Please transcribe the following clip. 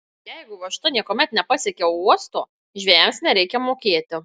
jeigu važta niekuomet nepasiekia uosto žvejams nereikia mokėti